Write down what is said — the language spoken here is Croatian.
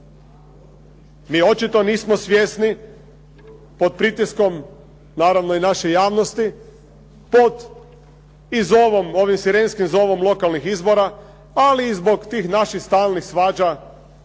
Mi očito nismo svjesni pod pritiskom, naravno i naše javnosti, pod iz ovom … /Govornik se ne razumije./ … lokalnih izbora, ali i zbog tih naših stalnih svađa,